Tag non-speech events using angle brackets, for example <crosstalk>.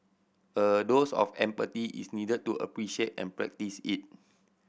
a dose of <unintelligible> is needed to appreciate and practise it